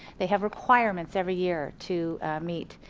they have requirements every year to meet.